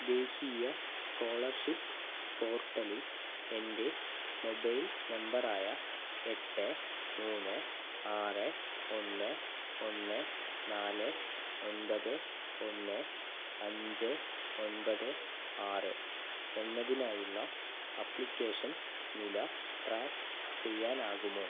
ദേശീയ സ്കോളർഷിപ്പ് പോർട്ടലിൽ എൻ്റെ മൊബൈൽ നമ്പറായ എട്ട് മൂന്ന് ആറ് ഒന്ന് ഒന്ന് നാല് ഒൻപത് ഒന്ന് അഞ്ച് ഒൻപത് ആറ് എന്നതിനായുള്ള അപ്ലിക്കേഷൻ നില ട്രാക്ക് ചെയ്യാനാകുമോ